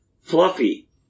Fluffy